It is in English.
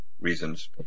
reasons